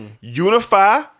unify